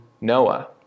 Noah